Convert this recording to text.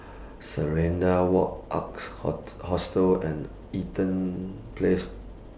Serenade Walk Arks Hot Hostel and Eaton Place